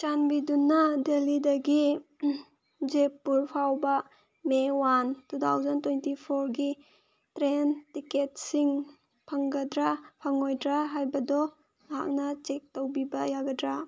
ꯆꯥꯟꯕꯤꯗꯨꯅ ꯗꯦꯜꯂꯤꯗꯒꯤ ꯖꯥꯏꯄꯨꯔ ꯐꯥꯎꯕ May one two thousand twenty ꯐꯣꯔꯒꯤ ꯇ꯭ꯔꯦꯟ ꯇꯤꯀꯦꯠꯁꯤꯡ ꯐꯪꯒꯗ꯭ꯔꯥ ꯐꯪꯉꯣꯏꯗ꯭ꯔꯥ ꯍꯥꯏꯕꯗꯣ ꯅꯍꯥꯛꯅ ꯆꯦꯛ ꯇꯧꯕꯤꯕ ꯌꯥꯒꯗ꯭ꯔꯥ